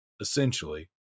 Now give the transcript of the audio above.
essentially